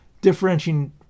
Differentiating